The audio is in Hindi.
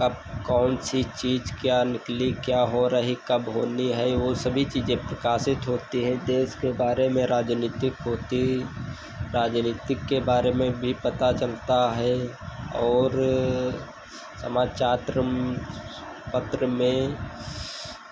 कब कौन सी चीज़ क्या निकली क्या हो रही कब होनी है वह सभी चीज़ें प्रकाशित होती हैं देश के बारे में राजनीति होती राजनीति के बारे में भी पता चलता है और समाचार पत्र में